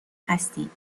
هستین